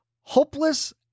hopeless